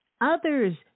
others